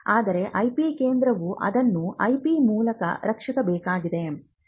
ಆದರೆ IP ಕೇಂದ್ರವು ಅದನ್ನು IP ಮೂಲಕ ರಕ್ಷಿಸಬೇಕಾಗಿದೆ